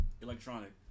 electronic